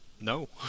no